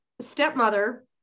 stepmother